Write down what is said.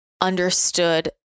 understood